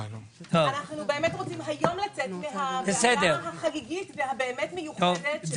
אנחנו באמת רוצים היום לצאת מהוועדה החגיגית והמיוחדת.